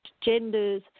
genders